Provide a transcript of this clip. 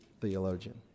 theologian